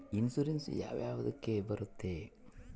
Insurance ಯಾವ ಯಾವುದಕ್ಕ ಬರುತ್ತೆ?